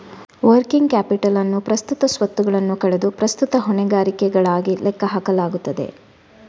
working capital ಅನ್ನು ಪ್ರಸ್ತುತ ಸ್ವತ್ತುಗಳನ್ನು ಕಳೆದು ಪ್ರಸ್ತುತ ಹೊಣೆಗಾರಿಕೆಗಳಾಗಿ ಲೆಕ್ಕ ಹಾಕಲಾಗುತ್ತದೆ